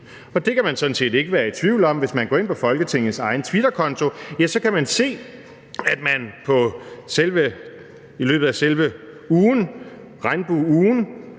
sådan set ikke være i tvivl om, hvis man går ind på Folketingets egen twitterkonto, for der kan man se, at man i løbet af selve regnbueugen